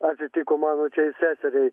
atsitiko mano čia seseriai